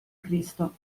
cristo